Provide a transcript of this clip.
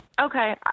Okay